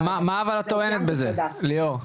מה אבל את טוענת בזה ליאור?